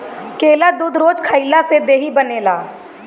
केला दूध रोज खइला से देहि बनेला